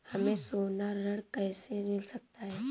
हमें सोना ऋण कैसे मिल सकता है?